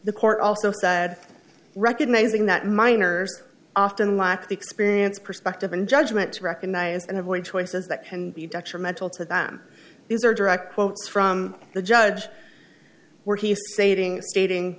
the court also said recognizing that minors often lack the experience perspective and judgment to recognize and avoid choices that can be detrimental to them these are direct quotes from the judge where he is stating stating